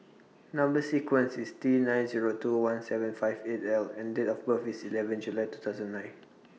Number sequence IS T nine Zero two one seven five eight L and Date of birth IS eleven July two thousand nine